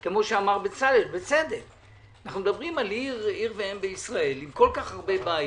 כפי שאמר בצלאל - אנחנו מדברים על עיר ואם בישראל עם כל כך הרבה בעיות.